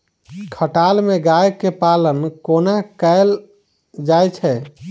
खटाल मे गाय केँ पालन कोना कैल जाय छै?